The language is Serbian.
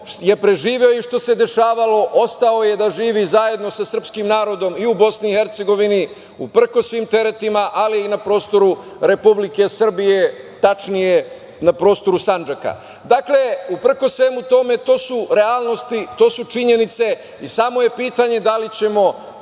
što se dešavalo ostao je da živi zajedno sa srpskim narodom i u Bosni i Hercegovini, uprkos svim teretima, ali i na prostoru Republike Srbije, tačnije na prostoru Sandžaka. Dakle, uprkos svemu tome to su realnosti, to su činjenice i samo je pitanje da li ćemo